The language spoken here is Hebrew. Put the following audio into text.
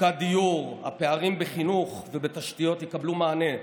במצוקת הדיור, הפערים בחינוך ובתשתיות יקבלו מענה.